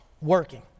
working